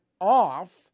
off